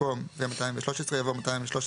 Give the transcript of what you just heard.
במקום 'ו-213' יבוא '213,